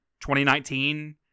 2019